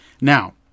Now